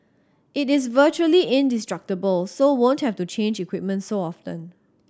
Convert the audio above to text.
it is virtually indestructible so won't have to change equipment so often